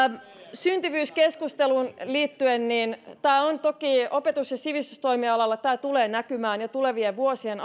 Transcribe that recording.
syntyvyyskeskusteluun liittyen toki opetus ja sivistystoimialalla tämä tulee näkymään jo tulevien vuosien